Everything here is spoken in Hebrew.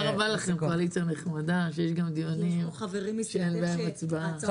תודה רבה לכם קואליציה נחמדה שיש גם דיונים שאין בהם הצבעה.